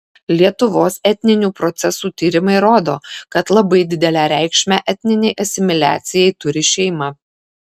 lietuvos etninių procesų tyrimai rodo kad labai didelę reikšmę etninei asimiliacijai turi šeima